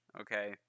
Okay